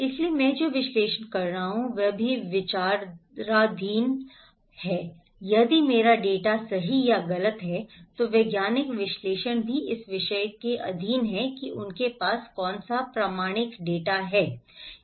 इसलिए मैं जो विश्लेषण कर रहा हूं वह भी विचाराधीन है यदि मेरा डेटा सही या गलत है तो वैज्ञानिक विश्लेषण भी इस विषय के अधीन है कि उनके पास कौन सा प्रामाणिक डेटा है